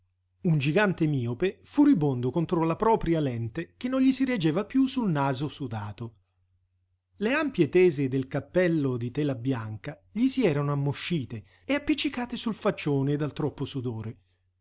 un gigante miope furibondo contro la propria lente che non gli si reggeva piú sul naso sudato le ampie tese del cappello di tela bianca gli s'erano ammoscite e appiccicate sul faccione dal troppo sudore